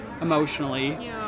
emotionally